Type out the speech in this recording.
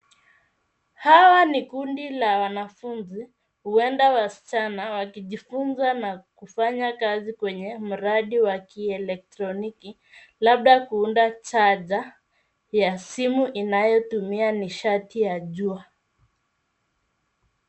Hawa ni kundi la wanafunzi huenda wasichana wakijifunza na kufanya kazi kwenye mradi wa kielektroniki labda kuunda charger ya simu inayotumia nishati ya juu.